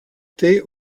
thé